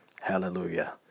hallelujah